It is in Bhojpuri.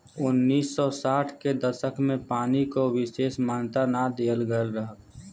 उन्नीस सौ साठ के दसक में पानी को विसेस मान्यता ना दिहल गयल रहल